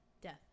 death